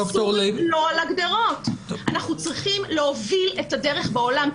אנחנו צריכים להוביל את הדרך בעולם.